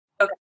Okay